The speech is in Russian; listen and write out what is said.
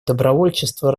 добровольчество